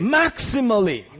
maximally